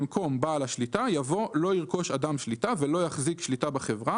במקום "בעל השליטה" יבוא "לא ירכוש אדם שליטה ולא יחזיק שליטה בחברה,